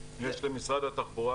יש למשרד התחבורה,